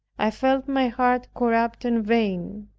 i felt my heart corrupt and vain.